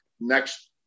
next